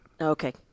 Okay